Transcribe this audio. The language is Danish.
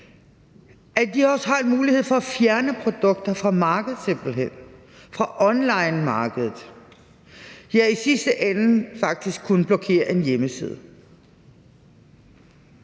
hen også har en mulighed at fjerne produkter fra markedet, fra onlinemarkedet – ja, i sidste ende faktisk kunne blokere en hjemmeside.